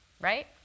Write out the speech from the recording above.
right